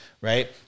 Right